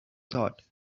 thought